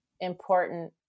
important